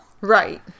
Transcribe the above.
Right